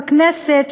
בכנסת,